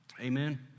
Amen